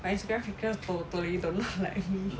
my instagram profile photo totally don't like me